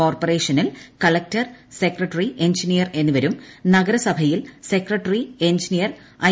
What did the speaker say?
കോർപ്പറേഷനിൽ collector secretary engineer എന്നിവരും നഗരസഭയിൽ സെക്രട്ടറി എൻജിനീയർ ഐ